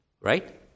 Right